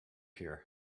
here